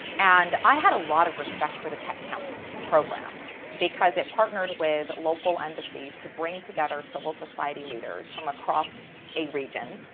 and i had a lot of respect for the techcamp program because it partnered with local embassies to bring together civil society leaders from across a region,